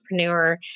entrepreneur